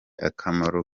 akamaro